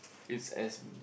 it's as